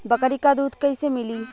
बकरी क दूध कईसे मिली?